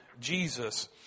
Jesus